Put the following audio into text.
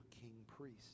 king-priest